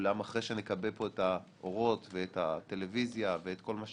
אחרי שנכבה פה את האורות ואת הטלוויזיה ואת כל מה שצריך,